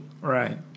Right